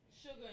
sugar